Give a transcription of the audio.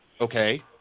Okay